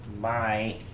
Bye